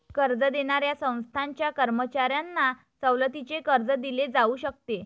कर्ज देणाऱ्या संस्थांच्या कर्मचाऱ्यांना सवलतीचे कर्ज दिले जाऊ शकते